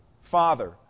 Father